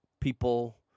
people